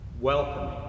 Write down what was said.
welcoming